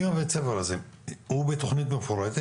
אם בית הספר הזה הוא בתכנית מפורטת,